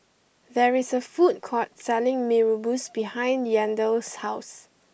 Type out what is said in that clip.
there is a food court selling Mee Rebus behind Yandel's house